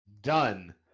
Done